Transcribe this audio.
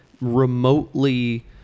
remotely